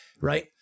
Right